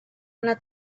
una